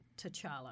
T'Challa